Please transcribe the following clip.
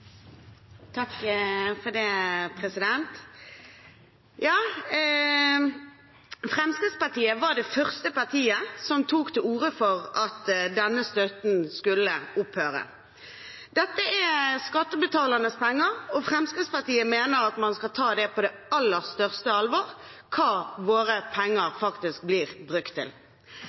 Fremskrittspartiet var det første partiet som tok til orde for at denne støtten skulle opphøre. Dette er skattebetalernes penger, og Fremskrittspartiet mener at man skal ta på det aller største alvor hva våre penger faktisk blir brukt til.